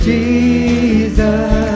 Jesus